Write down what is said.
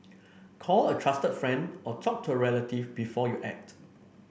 call a trusted friend or talk to a relative before you act